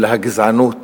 אלא הגזענות